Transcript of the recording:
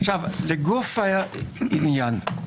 לגוף העניין,